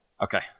Okay